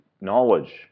knowledge